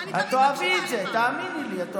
את תאהבי את זה, תאמיני לי.